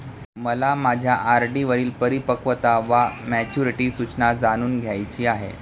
मला माझ्या आर.डी वरील परिपक्वता वा मॅच्युरिटी सूचना जाणून घ्यायची आहे